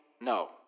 no